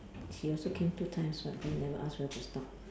she also came two times but then never ask where to stop